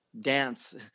dance